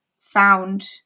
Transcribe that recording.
found